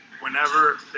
whenever